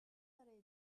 دنباله